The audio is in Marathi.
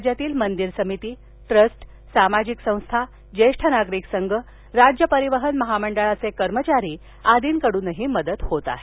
राज्यातील मंदिर समिती ट्रस्ट सामाजिक संस्था ज्येष्ठ नागरिक संघ राज्य परिवहन महामंडळाचे कर्मचारी आर्दीकडून मदत होत आहे